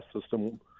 system